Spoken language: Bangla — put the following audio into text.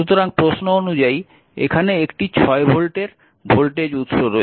সুতরাং প্রশ্ন অনুযায়ী এখানে একটি 6 ভোল্টের ভোল্টেজ উৎস রয়েছে